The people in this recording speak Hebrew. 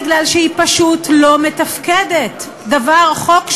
מקבל החלטות להעביר סמכויות של שר הפנים,